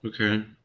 Okay